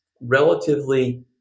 relatively